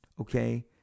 okay